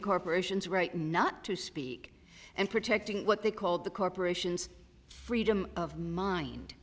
the corporation's right not to speak and protecting what they called the corporation's freedom of mind